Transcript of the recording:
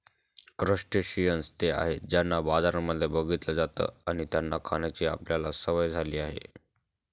crustaceans ते आहेत ज्यांना बाजारांमध्ये बघितलं जात आणि त्यांना खाण्याची आपल्याला सवय झाली आहे